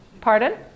Pardon